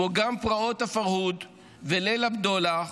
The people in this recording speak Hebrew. כמו גם פרעות הפרהוד וליל הבדולח,